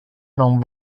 non